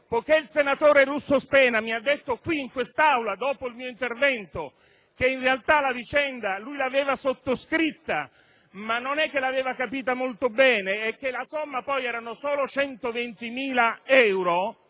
Poiché il senatore Russo Spena mi ha detto qui, in quest'Aula, dopo il mio intervento, che in realtà la vicenda lui l'aveva sottoscritta ma non l'aveva capita molto bene, e che la somma ammontava solo a 120.000 euro